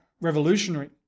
revolutionary